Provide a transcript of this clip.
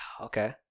Okay